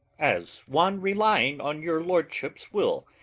as one relying on your lordship's will,